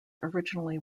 originally